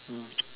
mm